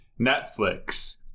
Netflix